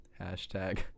hashtag